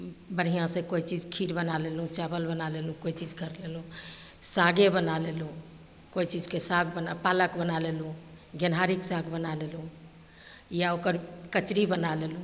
बढ़िआँसे कोइ चीज खीर बना लेलहुँ चावल बना लेलहुँ कोइ चीज करि लेलहुँ सागे बना लेलहुँ कोइ चीजके साग बना पालक बना लेलहुँ गेनहारीके साग बना लेलहुँ या ओकर कचरी बना लेलहुँ